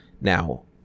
now